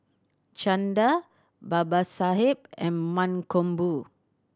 Chanda Babasaheb and Mankombu